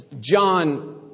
John